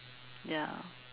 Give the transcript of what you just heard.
ya